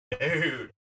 dude